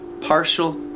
partial